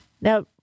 Now